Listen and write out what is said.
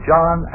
John